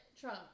Trump